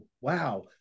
wow